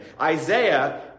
Isaiah